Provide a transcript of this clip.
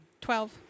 Twelve